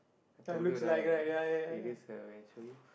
I told you right it is her when I show you